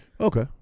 Okay